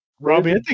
Robbie